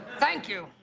thank you,